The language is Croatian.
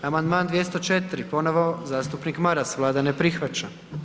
Amandman 204. ponovo zastupnik Maras, Vlada ne prihvaća.